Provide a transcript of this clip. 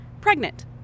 Pregnant